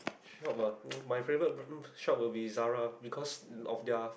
shop ah my favourite shop will be Zara because of their